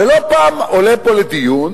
ולא פעם עולות פה לדיון